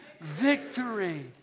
Victory